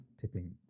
tipping